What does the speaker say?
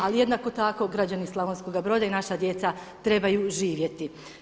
Ali jednako tako građani Slavonskoga Broda i naša djeca trebaju živjeti.